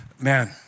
man